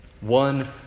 one